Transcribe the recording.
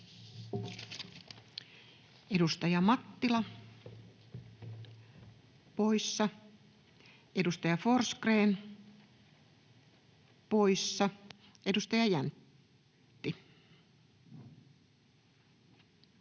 Edustaja Kiuru, poissa. Edustaja Nurminen, poissa. Edustaja Werning,